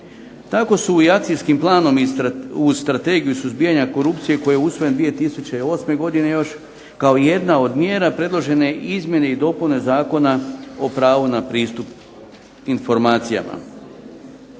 Tako su i Akcijskim planom u Strategiji suzbijanja korupcije koji je usvojen 2008. godine još kao jedna od mjera predložene izmjene i dopune Zakona o pravu na pristup informacijama.